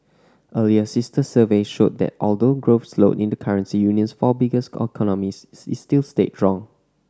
earlier sister survey showed that although growth slowed in the currency union's four biggest economies is still stayed strong